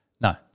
No